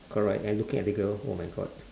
correct I looking at the girl oh my god